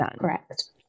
Correct